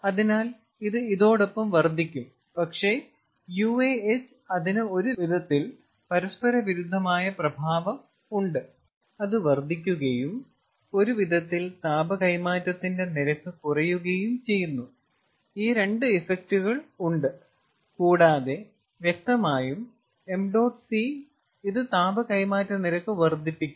അതിനാൽ ഇത് ഇതോടൊപ്പം വർദ്ധിക്കും പക്ഷേ h അതിന് ഒരു വിധത്തിൽ പരസ്പരവിരുദ്ധമായ പ്രഭാവം ഉണ്ട് അത് വർദ്ധിക്കുകയും ഒരു വിധത്തിൽ താപ കൈമാറ്റത്തിന്റെ നിരക്ക് കുറയുകയും ചെയ്യുന്നു ഈ 2 ഇഫക്റ്റുകൾ ഉണ്ട് കൂടാതെ വ്യക്തമായും 𝑚̇C ഇത് താപ കൈമാറ്റ നിരക്ക് വർദ്ധിപ്പിക്കും